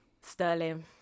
Sterling